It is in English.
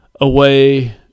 away